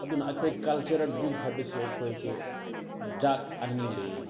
ꯑꯗꯨꯅ ꯑꯩꯈꯣꯏ cultural group ꯍꯥꯏꯕꯁꯦ ꯑꯩꯈꯣꯏꯁꯦ ꯖꯥꯠ ꯑꯅꯤ ꯂꯩꯌꯦ